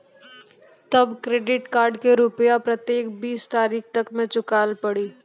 तब credit card के रूपिया प्रतीक बीस तारीख तक मे चुकल पड़ी?